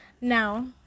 now